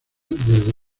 desde